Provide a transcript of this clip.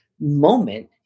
moment